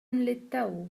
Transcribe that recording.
للتو